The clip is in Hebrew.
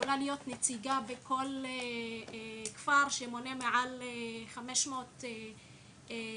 יכולה להיות נציגה בכל כפר שמונה מעל ל-500 תושבים